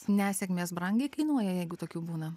nesėkmės brangiai kainuoja jeigu tokių būna